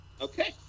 Okay